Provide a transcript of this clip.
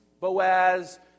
Boaz